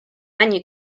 menu